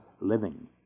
living